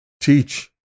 teach